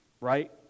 right